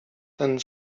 ten